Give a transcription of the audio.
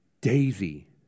Daisy